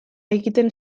egiten